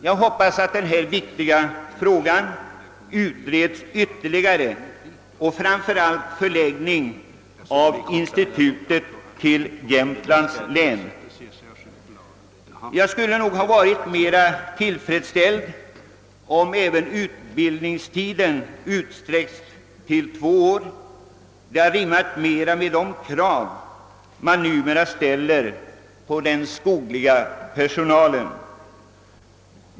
Jag hoppas att denna viktiga fråga blir föremål för ytterligare utredning, framför allt i vad gäller förläggning av institutet till Jämtlands län. Jag skulle nog ha varit mera tillfredsställd om utbildningstiden = utsträckts till att bli tvåårig, vilket rimmat bättre med de krav som numera ställs på den skogliga personalen.